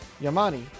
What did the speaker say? Yamani